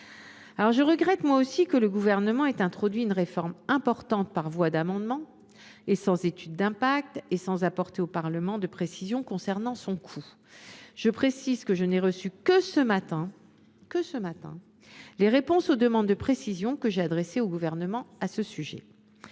Je regrette moi aussi que le Gouvernement ait introduit cette réforme importante par voie d’amendement, sans étude d’impact et sans apporter au Parlement de précisions concernant son coût. J’indique que je n’ai reçu que ce matin, j’y insiste, les précisions que j’avais demandées au Gouvernement sur ce sujet.